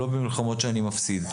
לא במלחמות שאני מפסיד.